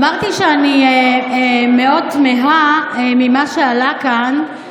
אמרתי שאני מאוד תמהה ממה שעלה כאן.